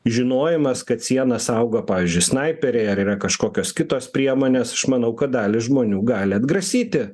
žinojimas kad sieną saugo pavyzdžiui snaiperiai ar yra kažkokios kitos priemonės aš manau kad dalį žmonių gali atgrasyti